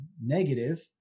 negative